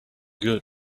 good